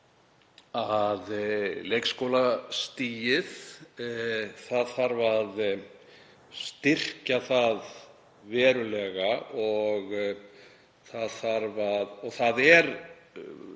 Leikskólastigið þarf að styrkja verulega og það er